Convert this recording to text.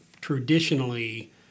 traditionally